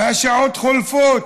והשעות חולפות,